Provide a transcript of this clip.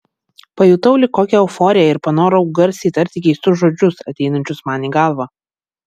pajutau lyg kokią euforiją ir panorau garsiai tarti keistus žodžius ateinančius man į galvą